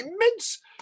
immense